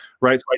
right